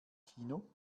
kino